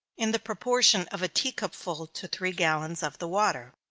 in the proportion of a tea-cup full to three gallons of the water.